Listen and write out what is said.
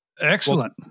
Excellent